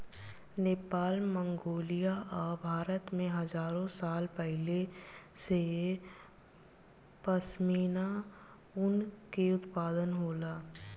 Nepal, Mongolia आ भारत में हजारो साल पहिले से पश्मीना ऊन के उत्पादन होला